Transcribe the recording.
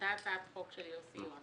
שעלתה הצעת חוק של יוסי יונה